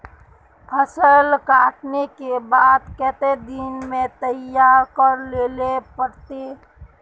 फसल कांटे के बाद कते दिन में तैयारी कर लेले पड़ते?